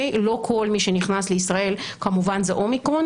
לא כל מי שנכנס לישראל כמובן זה אומיקרון.